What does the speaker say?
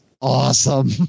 awesome